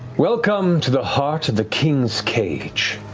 welcome to the heart of the king's cage,